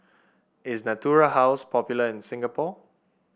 is Natura House popular in Singapore